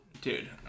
dude